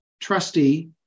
trustee